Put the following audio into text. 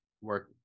work